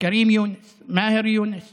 כארים יונס, מאהר יונס